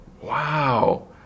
wow